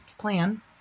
plan